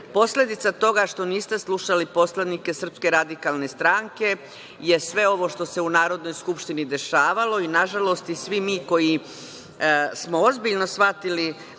način. Posledica toga što niste slušali poslanike SRS je sve ovo što se u Narodnoj skupštini dešavalo i, nažalost, svi mi koji smo ozbiljno shvatili